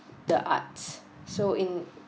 the arts so in